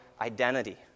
identity